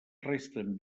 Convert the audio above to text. resten